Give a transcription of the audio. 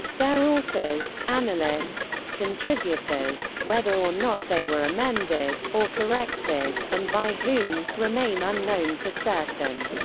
their authors, analysts, contributors, whether or not they were emended, or corrected, and by whom, remain unknown for certain.